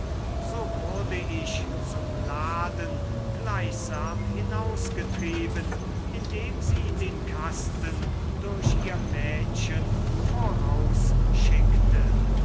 so wurde ich zum laden gleichsam hinausgetrieben indem sie den kasten durch ihr mädchen